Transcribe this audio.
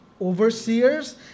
Overseers